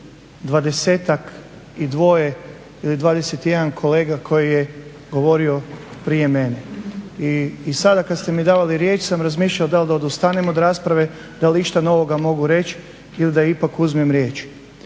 sa 22 ili 21 kolega koji je govorio prije mene. I sada kad ste mi davali riječ sam razmišljao da li da odustanem od rasprave, da li išta novoga mogu reći ili da ipak uzmem riječ.